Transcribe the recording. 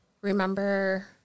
remember